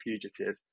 Fugitive